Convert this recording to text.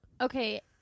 Okay